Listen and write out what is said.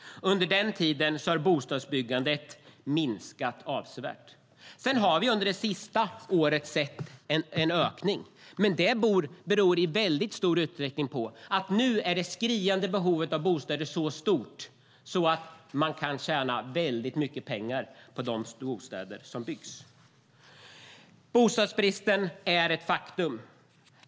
Under den tiden har bostadsbyggandet minskat avsevärt. Sedan har vi under det senaste året sett en ökning. Men det beror i väldigt stor utsträckning på att det skriande behovet av bostäder nu är så stort att man kan tjäna väldigt mycket pengar på de bostäder som byggs. Bostadsbristen är ett faktum.